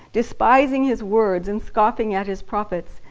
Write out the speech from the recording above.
despising his words, and scoffing at his prophets,